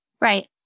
Right